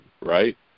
Right